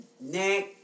Neck